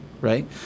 right